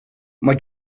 mae